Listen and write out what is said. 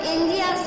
India